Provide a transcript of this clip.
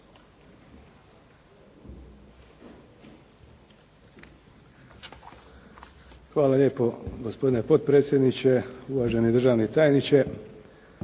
Hvala lijepo gospodine potpredsjedniče, uvaženi državni tajniče.